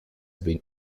been